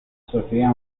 sofía